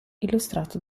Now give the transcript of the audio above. illustrato